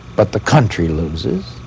but the country loses.